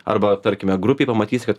arba tarkime grupei pamatysi kad